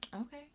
Okay